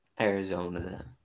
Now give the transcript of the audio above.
Arizona